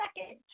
Second